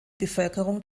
bevölkerung